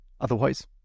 Otherwise